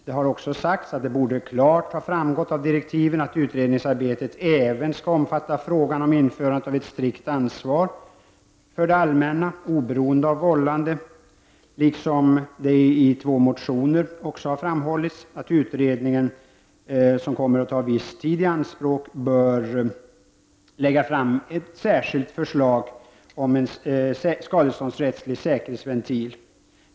Det har också sagts att det borde ha framgått klart av direktiven att utredningsarbetet även skall omfatta frågan om införande av ett strikt ansvar för det allmänna, oberoende av vållande. I två motioner har det också framhållits att utredningen, som kommer att ta en viss tid i anspråk, bör lägga fram ett särskilt förslag om en skadeståndsrättslig säkerhetsventil.